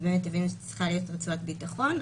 הבינו שצריכה להיות רצועת ביטחון,